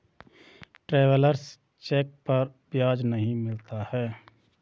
travellers cheque पर ब्याज नहीं मिलता है